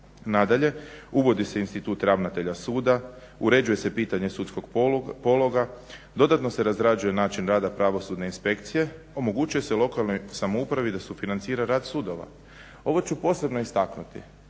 Nadalje, uvodi se institut ravnatelja suda, uređuje se pitanje sudskog pologa, dodatno se razrađuje način rada pravosudne inspekcije, omogućuje se lokalnoj samoupravi da sufinancira rad sudova, ovo ću posebno istaknuti.